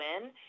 win